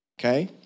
Okay